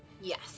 Yes